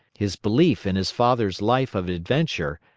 his belief in his father's life of adventure,